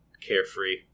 carefree